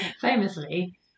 Famously